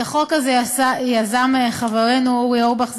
את החוק הזה יזם חברנו אורי אורבך,